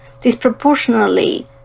disproportionately